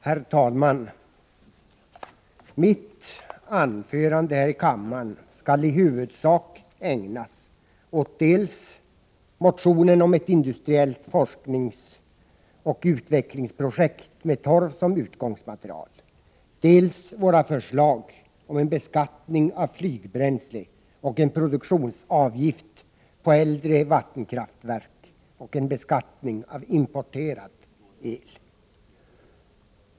Herr talman! Mitt anförande här i kammaren skall i huvudsak ägnas åt dels motionen om ett industriellt forskningsoch utvecklingsprojekt med torv som utgångsmaterial, dels våra förslag om en beskattning av flygbränsle och en produktionsavgift på äldre vattenkraftverk och en beskattning av importerad el.